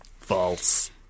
False